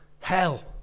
hell